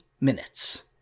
minutes